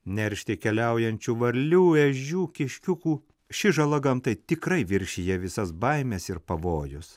neršti keliaujančių varlių ežių kiškiukų ši žala gamtai tikrai viršija visas baimes ir pavojus